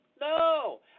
No